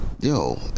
Yo